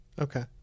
Okay